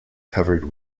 covered